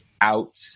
out